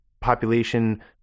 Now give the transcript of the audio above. population